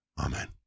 Amen